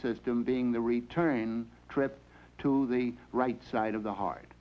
system being the return trip to the right side of the heart